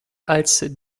als